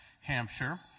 Hampshire